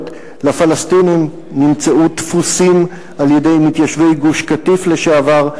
לפלסטינים נמצאו תפוסים על-ידי מתיישבי גוש-קטיף לשעבר,